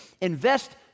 Invest